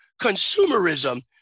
consumerism